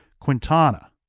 Quintana